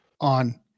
on